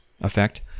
effect